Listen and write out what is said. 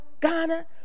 Ghana